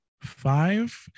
five